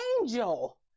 angel